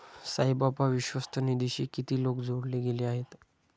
साईबाबा विश्वस्त निधीशी किती लोक जोडले गेले आहेत?